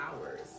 hours